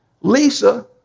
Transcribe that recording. Lisa